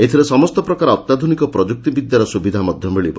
ଏଥିରେ ସମସ୍ତ ପ୍ରକାର ଅତ୍ୟାଧୁନିକ ପ୍ରଯୁକ୍ତି ବିଦ୍ୟାର ସୁବିଧା ମଧ୍ଧ ମିଳିବ